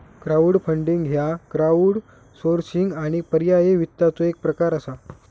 crowdfunding ह्य crowdsourcing आणि पर्यायी वित्ताचो एक प्रकार असा